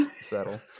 settle